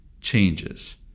changes